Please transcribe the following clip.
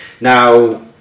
Now